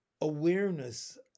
awareness